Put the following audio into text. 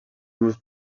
murs